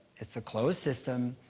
it's a closed system.